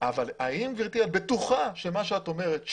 אבל האם גברתי את בטוחה שמה שאת אומרת,